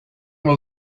will